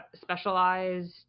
specialized